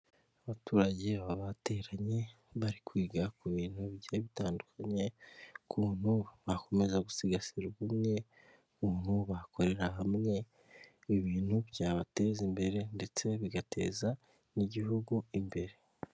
Abaturage baba bateranye, bari kwiga ku bintu bigiye bitandukanye, ukuntu bakomeza gusigasira ubumwe, ukuntu bakorera hamwe, ibintu byabateza imbere ndetse bigateza n'igihugu imbere.